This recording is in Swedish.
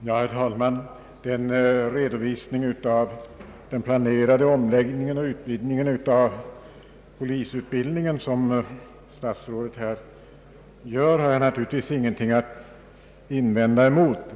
Herr talman! Den redovisning av den planerade omläggningen av polisutbildningen, som statsrådet här gör, har jag naturligtvis ingenting att erinra emot.